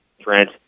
Trent